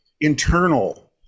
internal